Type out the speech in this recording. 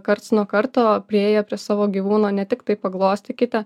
karts nuo karto priėję prie savo gyvūno ne tiktai paglostykite